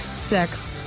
sex